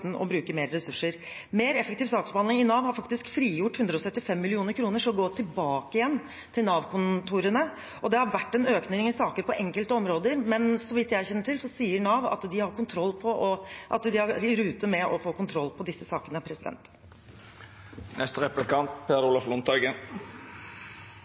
å bruke mer ressurser. Mer effektiv saksbehandling i Nav har faktisk frigjort 175 mill. kr, som går tilbake igjen til Nav-kontorene. Det har vært en økning av antallet saker på enkelte områder, men så vidt jeg kjenner til, sier Nav at de er i rute med å få kontroll på disse sakene.